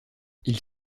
ils